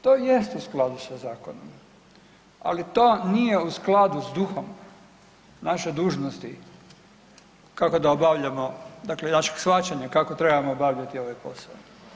To jest u skladu sa zakonom, ali to nije u skladu sa duhom naše dužnosti kako da obavljamo, dakle naših shvaćanja kako trebamo obavljati ovaj posao.